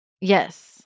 Yes